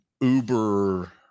Uber